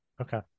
Okay